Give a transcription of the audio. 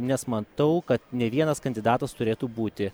nes matau kad ne vienas kandidatas turėtų būti